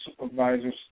supervisors